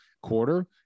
quarter